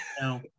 no